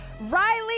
Riley